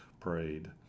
prayed